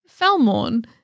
Falmorn